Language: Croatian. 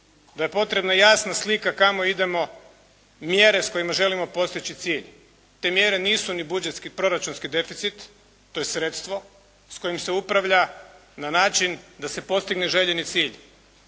To je potrebna jasna slika kamo idemo, mjere s kojima želimo postići cilj, te mjere nisu ni budžetski, proračunski deficit, to je sredstvo s kojim se upravlja na način da se postigne željeni cilj.